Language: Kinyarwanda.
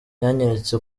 yanyeretse